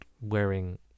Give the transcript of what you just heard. wearing